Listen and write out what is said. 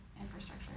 infrastructure